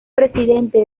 presidente